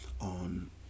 on